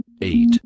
eight